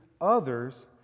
others